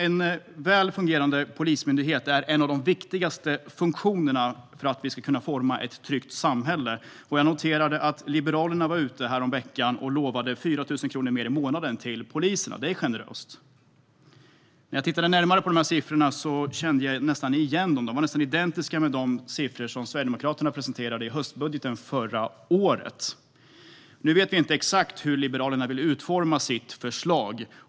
En väl fungerande polismyndighet är en av de viktigaste funktionerna för att vi ska kunna forma ett tryggt samhälle. Jag noterade att Liberalerna var ute häromveckan och lovade 4 000 kronor mer i månaden till poliserna. Det är generöst. När jag tittade närmare på de här siffrorna kände jag nästan igen dem. De var nästan identiska med de siffror som Sverigedemokraterna presenterade i höstbudgeten förra året. Nu vet vi inte exakt hur Liberalerna vill utforma sitt förslag.